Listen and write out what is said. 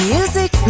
Music